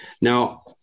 Now